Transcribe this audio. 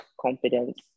confidence